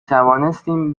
توانستیم